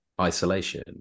isolation